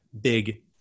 big